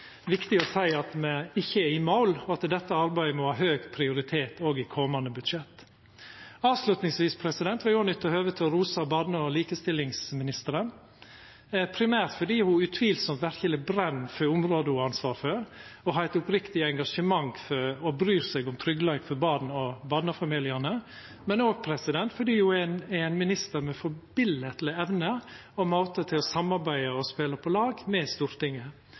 viktig å seia at me ikkje er i mål. Dette arbeidet må ha høg prioritet òg i komande budsjett. Avslutningsvis vil eg nytta høvet til å rosa barne- og likestillingsministeren – primært fordi ho utvilsamt verkeleg brenn for området ho har ansvar for, og har eit oppriktig engasjement og bryr seg om tryggleiken for barna og barnefamiliane, men òg fordi ho er ein minister med ei framifrå evne til å samarbeida og spela på lag med Stortinget.